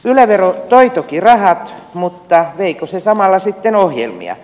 yle vero toi toki rahat mutta veikö se samalla sitten ohjelmia